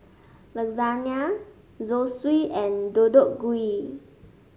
Lasagne Zosui and Deodeok Gui